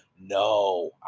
No